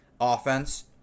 offense